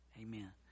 Amen